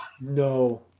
no